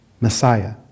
Messiah